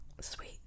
sweet